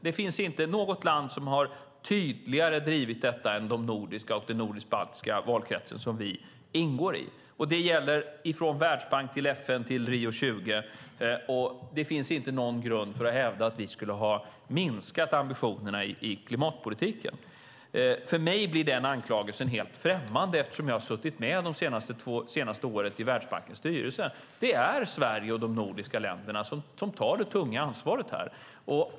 Det finns inte något land som tydligare har drivit detta än de nordiska länderna och den nordiskbaltiska valkretsen som vi ingår i. Det gäller från Världsbanken till FN och Rio + 20. Det finns inte någon grund för att hävda att vi skulle ha minskat ambitionerna i klimatpolitiken. För mig blir den anklagelsen helt främmande eftersom jag har suttit i Världsbankens styrelse det senaste året. Det är Sverige och de nordiska länderna som tar det tunga ansvaret.